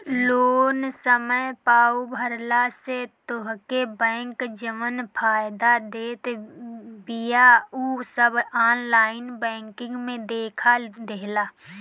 loan समय पअ भरला से तोहके बैंक जवन फायदा देत बिया उ सब ऑनलाइन बैंकिंग में देखा देला